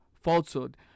falsehood